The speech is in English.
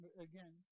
Again